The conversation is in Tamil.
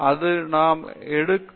பேராசிரியர் பிரதாப் ஹரிதாஸ் சரி